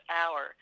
hour